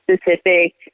specific